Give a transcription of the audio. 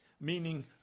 meaning